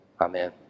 Amen